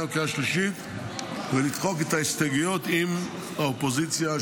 והשלישית ולדחות את ההסתייגויות אם האופוזיציה,